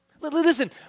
Listen